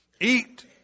eat